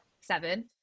seven